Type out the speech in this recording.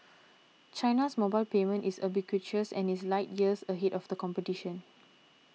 China's mobile payment is ubiquitous and is light years ahead of the competition